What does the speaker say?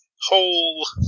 whole